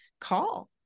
call